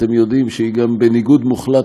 אתם יודעים שהיא גם בניגוד מוחלט